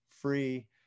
free